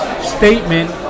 statement